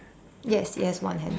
yes yes one handle